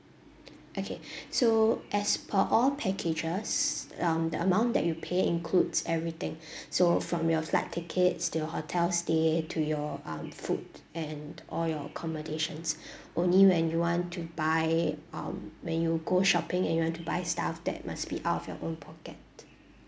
okay so as per all packages um the amount that you pay includes everything so from your flight tickets to your hotel stay to your um food and all your accommodations only when you want to buy um when you go shopping and you want to buy stuff that must be out of your own pocket